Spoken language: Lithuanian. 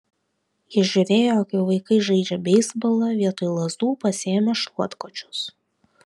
jie žiūrėjo kaip vaikai žaidžia beisbolą vietoj lazdų pasiėmę šluotkočius